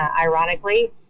ironically